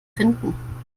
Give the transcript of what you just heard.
finden